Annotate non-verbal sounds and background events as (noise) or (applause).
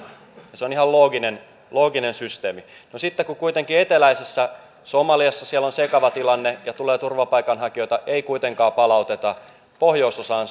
ja se on ihan looginen looginen systeemi sitten kun kuitenkin eteläisessä somaliassa on sekava tilanne ja tulee turvapaikanhakijoita ei kuitenkaan palauteta pohjoisosaan (unintelligible)